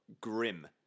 Grim